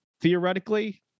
theoretically